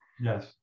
Yes